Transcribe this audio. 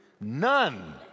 none